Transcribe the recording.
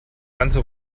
ganze